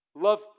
Love